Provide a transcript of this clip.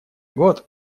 год